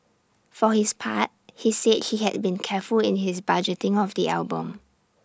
for his part he said he had been careful in his budgeting of the album